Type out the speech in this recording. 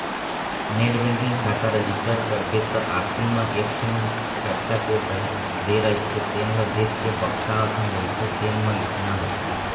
net banking खाता register करबे त आखरी म एकठन कैप्चा कोड दे रहिथे तेन ल देखके बक्सा असन रहिथे तेन म लिखना होथे